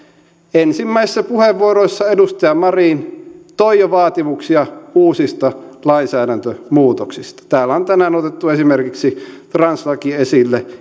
ensimmäisissä puheenvuoroissa edustaja marin toi jo vaatimuksia uusista lainsäädäntömuutoksista täällä on tänään otettu esimerkiksi translaki esille